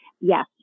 Yes